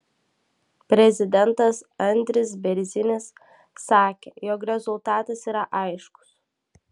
prezidentas andris bėrzinis sakė jog rezultatas yra aiškus